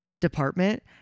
department